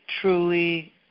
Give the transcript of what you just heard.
truly